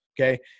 okay